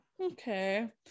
Okay